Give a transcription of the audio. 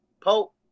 Pope